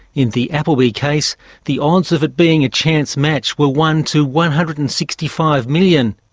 in the applebee case the odds of it being a chance match were one to one hundred and sixty five million,